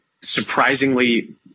surprisingly